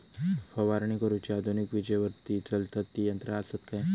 फवारणी करुची आधुनिक विजेवरती चलतत ती यंत्रा आसत काय?